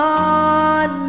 on